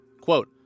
Quote